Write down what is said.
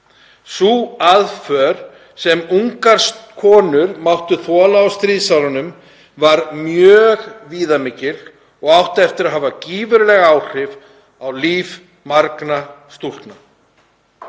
Sú aðför sem ungar konur máttu þola á stríðsárunum var mjög viðamikil og átti eftir að hafa gífurleg áhrif á líf margra stúlkna,